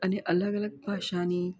અને અલગ અલગ ભાષાની